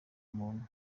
muntu